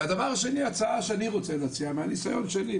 והדבר השני הצעה שאני רוצה להציע מהנסיון שלי,